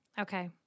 Okay